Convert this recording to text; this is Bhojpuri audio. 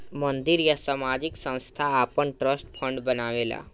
मंदिर या सामाजिक संस्थान आपन ट्रस्ट फंड बनावेला